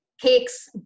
Cakes